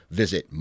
visit